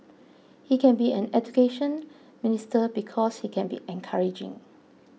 he can be an Education Minister because he can be encouraging